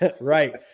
Right